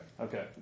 Okay